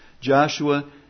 Joshua